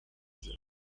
desert